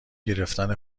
گرفتن